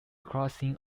crossing